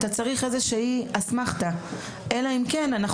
אתה צריך איזושהי אסמכתה אלא אם כן אנחנו